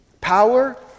Power